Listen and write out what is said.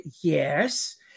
yes